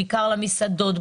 בעיקר למסעדות,